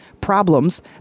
problems